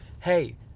Hey